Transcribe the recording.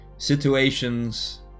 situations